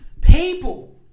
People